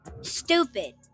Stupid